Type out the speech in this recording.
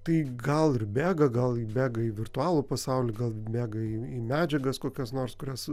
tai gal ir bėga gal įbėga į virtualų pasaulį gal bėga į į medžiagas kokias nors kurias